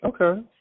Okay